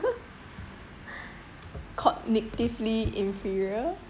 cognitively inferior